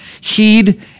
heed